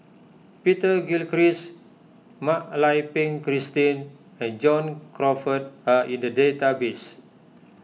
Peter Gilchrist Mak Lai Peng Christine and John Crawfurd are in the database